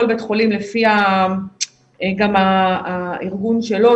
כל בית חולים גם לפי הארגון שלו,